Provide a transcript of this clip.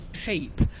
shape